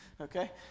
Okay